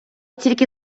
тільки